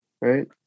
right